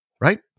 right